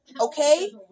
Okay